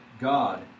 God